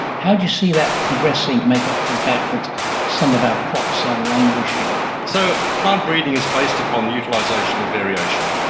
how do you see that progressing to make up for the fact that some of our crops are languishing? so plant breeding is based upon the utilisation of variation,